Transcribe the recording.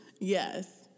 Yes